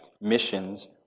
Missions